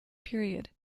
period